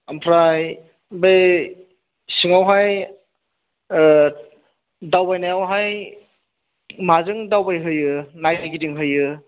ओमफ्राय बै सिङावहाय दावबायनायावहाय माजों दावबायहोयो नायगिदिंहोयो